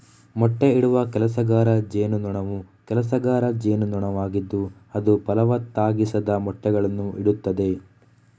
ಮೊಟ್ಟೆಯಿಡುವ ಕೆಲಸಗಾರ ಜೇನುನೊಣವು ಕೆಲಸಗಾರ ಜೇನುನೊಣವಾಗಿದ್ದು ಅದು ಫಲವತ್ತಾಗಿಸದ ಮೊಟ್ಟೆಗಳನ್ನು ಇಡುತ್ತದೆ